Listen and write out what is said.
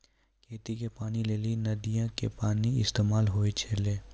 खेती के पानी लेली नदीयो के पानी के इस्तेमाल होय छलै